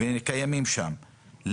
שקיימים שם,